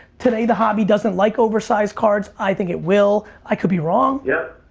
today the hobby doesn't like oversized cards, i think it will. i could be wrong. yep.